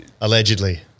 Allegedly